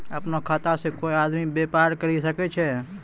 अपनो खाता से कोय आदमी बेपार करि सकै छै